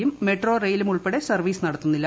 യും മെട്രോറെയിലും ഉൾപ്പെടെ സർവ്വീസ് നടത്തുന്നില്ല